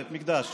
בית מקדש.